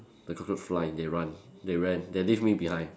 the cockroach fly and they run they ran then leave me behind